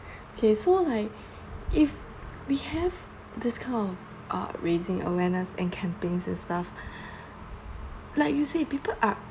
okay so like if we have this kind of uh raising awareness and campaigns and stuff like you said people are